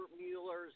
Mueller's